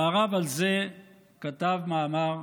והרב כתב על זה מאמר.